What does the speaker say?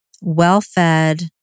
well-fed